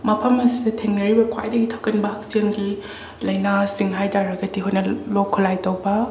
ꯃꯐꯝ ꯑꯁꯤꯗ ꯊꯦꯡꯅꯔꯤꯕ ꯈ꯭ꯋꯥꯏꯗꯒꯤ ꯊꯣꯛꯀꯟꯕ ꯍꯛꯆꯦꯜꯒꯤ ꯂꯩꯅꯥꯁꯤꯡ ꯍꯥꯏꯇꯥꯔꯒꯗꯤ ꯑꯈꯣꯏꯅ ꯂꯣꯛ ꯈꯨꯂꯥꯢ ꯇꯧꯕ